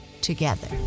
together